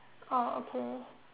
oh okay